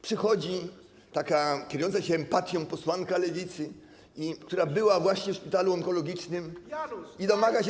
Przychodzi taka kierująca się empatią posłanka Lewicy, która była właśnie w szpitalu onkologicznym, i domaga się.